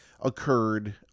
occurred